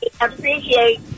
appreciate